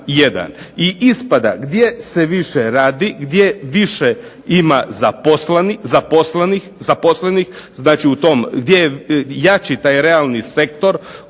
I ispada gdje se više radi, gdje više ima zaposlenih znači gdje je jači taj realni sektor